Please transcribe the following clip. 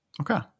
Okay